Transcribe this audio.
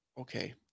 Okay